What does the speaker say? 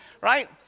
right